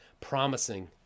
promising